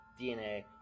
DNA